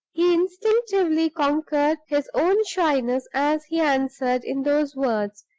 instinctively conquered his own shyness as he answered in those words,